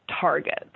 targets